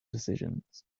decisions